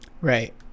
right